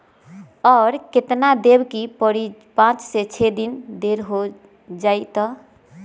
और केतना देब के परी पाँच से छे दिन देर हो जाई त?